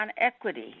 equity